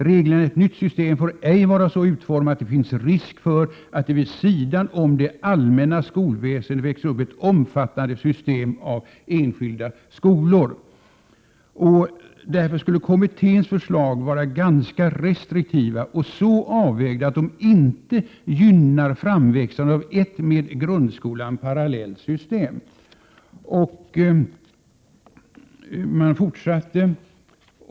Reglerna i ett nytt system får ej vara så utformade att det finns risk för att det vid sidan om det allmänna skolväsendet växer upp ett omfattande system av enskilda skolor.” Därför skulle kommitténs förslag ”vara ganska restriktiva och så avvägda att de inte gynnar framväxandet av ett med grundskolan parallellt skolsystem”.